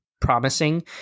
promising